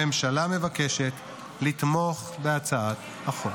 הממשלה מבקשת לתמוך בהצעת החוק.